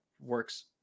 works